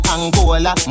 Angola